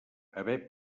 haver